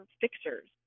fixers